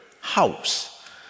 house